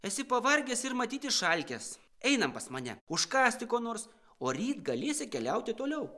esi pavargęs ir matyt išalkęs einam pas mane užkąsti ko nors o ryt galėsi keliauti toliau